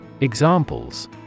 Examples